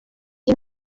com